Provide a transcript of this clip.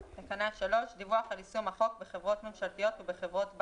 "דיווח על יישום החוק בחברות ממשלתיות ובחברות בת